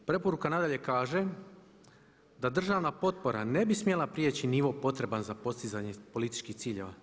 Preporuka nadalje kaže da državna potpora ne bi smjela priječi nivo potreban za postizanje političkih ciljeva.